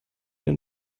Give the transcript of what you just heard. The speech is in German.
den